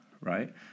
right